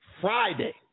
Friday